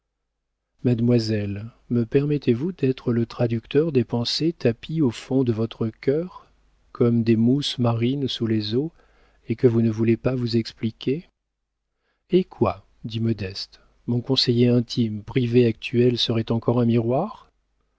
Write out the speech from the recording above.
mademoiselle me permettez-vous d'être le traducteur des pensées tapies au fond de votre cœur comme des mousses marines sous les eaux et que vous ne voulez pas vous expliquer eh quoi dit modeste mon conseiller intime privé actuel serait encore un miroir